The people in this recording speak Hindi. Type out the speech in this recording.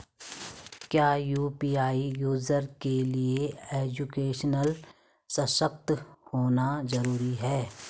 क्या यु.पी.आई यूज़र के लिए एजुकेशनल सशक्त होना जरूरी है?